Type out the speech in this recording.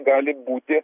gali būti